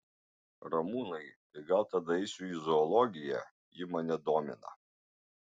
ramūnai tai gal tada eisiu į zoologiją ji mane domina